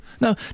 no